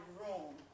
room